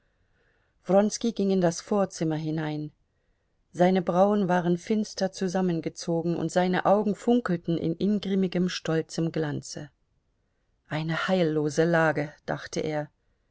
wronski ging in das vorzimmer hinein seine brauen waren finster zusammengezogen und seine augen funkelten in ingrimmigem stolzem glanze eine heillose lage dachte er